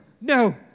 No